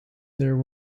there